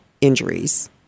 injuries